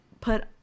put